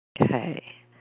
Okay